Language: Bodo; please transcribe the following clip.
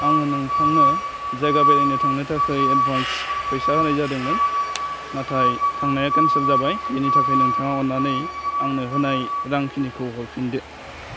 आङो नोंथांनो जायगा बेरायनो थांनो थाखाय एडभान्स फैसा होनाय जादोंमोन नाथाय थांनाया केन्सेल जाबाय बिनि थाखाय नोंथाङा अनानै आंनो होनाय रां खिनिखो हरफिनदो